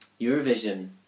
Eurovision